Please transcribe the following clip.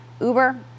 Uber